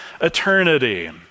eternity